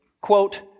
quote